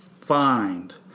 find